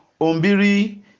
Ombiri